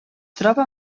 troba